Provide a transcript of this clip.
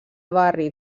barri